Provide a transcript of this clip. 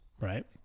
right